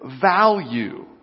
value